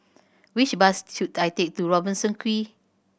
which bus should I take to Robertson Quay